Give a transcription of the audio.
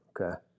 Okay